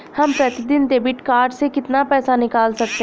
हम प्रतिदिन debit card से कितना पैसा निकाल सकते हैं?